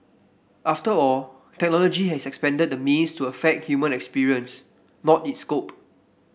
after all technology has expanded the means to affect human experience not its scope